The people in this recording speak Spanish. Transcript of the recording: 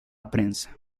prensa